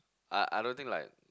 I I don't think like